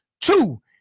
Two